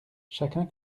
chacun